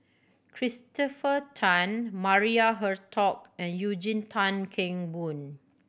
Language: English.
Christopher Tan Maria Hertogh and Eugene Tan Kheng Boon